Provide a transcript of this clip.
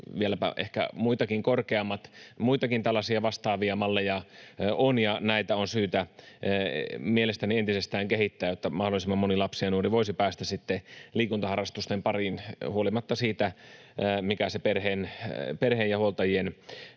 vieläpä muitakin korkeammat. Muitakin tällaisia vastaavia malleja on, ja näitä on syytä mielestäni entisestään kehittää, jotta mahdollisimman moni lapsi ja nuori voisi päästä liikuntaharrastusten pariin huolimatta siitä, mikä se perheen ja huoltajien